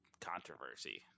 controversy